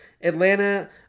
Atlanta